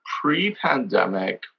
Pre-pandemic